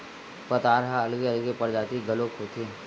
पताल ह अलगे अलगे परजाति घलोक होथे